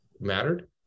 mattered